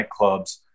nightclubs